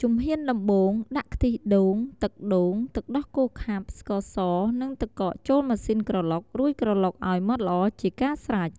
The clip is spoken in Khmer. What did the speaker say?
ជំហានដំបូង ដាក់ខ្ទិះដូង ទឹកដូង ទឹកដោះគោខាប់ ស្ករស និងទឹកកកចូលម៉ាស៊ីនក្រឡុក រួចក្រឡុកឲ្យម៉ដ្ឋល្អជាការស្រេច។